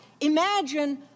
imagine